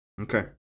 Okay